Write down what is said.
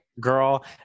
girl